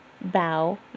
bow